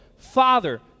Father